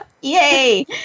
Yay